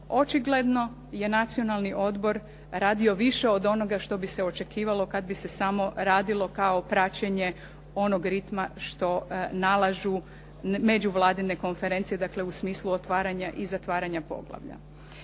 očigledno je Nacionalni odbor radio više od onoga što bi se očekivalo kad bi se samo radilo kao praćenje onog ritma što nalažu međuvladine konferencije, dakle u smislu otvaranja i zatvaranja poglavlja.